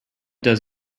does